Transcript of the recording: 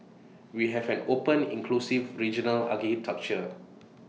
we have an open inclusive regional architecture